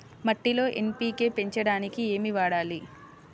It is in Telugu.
మట్టిలో ఎన్.పీ.కే పెంచడానికి ఏమి వాడాలి?